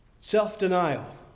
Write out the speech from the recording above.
self-denial